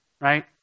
Right